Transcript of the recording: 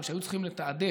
אבל כשהיו צריכים לתעדף,